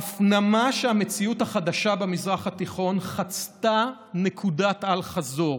ההפנמה שהמציאות החדשה במזרח התיכון חצתה נקודת אל-חזור